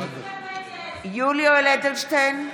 יולי יואל אדלשטיין,